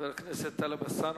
חבר הכנסת טלב אלסאנע,